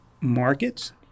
markets